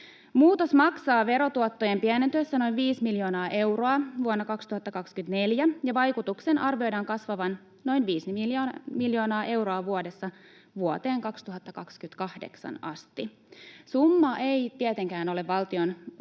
Muutos maksaa verotuottojen pienentyessä noin viisi miljoonaa euroa vuonna 2024, ja vaikutuksen arvioidaan kasvavan noin viisi miljoonaa euroa vuodessa vuoteen 2028 asti. Summa ei tietenkään ole valtiontalouden